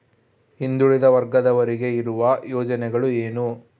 ಹಿಂದುಳಿದ ವರ್ಗದವರಿಗೆ ಇರುವ ಯೋಜನೆಗಳು ಏನು?